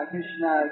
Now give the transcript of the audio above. Krishna